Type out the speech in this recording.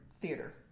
theater